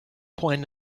point